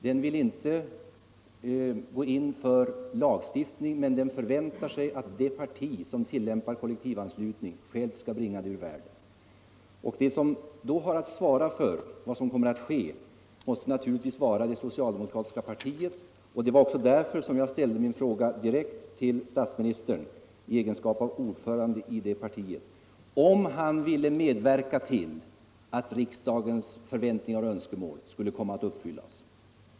Den vill inte gå in för lagstiftning, men den förväntar sig att det parti som tillämpar kollektivanslutning självt skall bringa denna ur världen. Då måste det naturligtvis vara det socialdemokratiska partiet som har att svara för vad som kommer att ske. Det var också därför som jag ställde min fråga direkt till statsministern i egenskap av ordförande i det partiet — om han ville medverka till att riksdagens förväntningar och önskemål skulle komma att uppfyllas.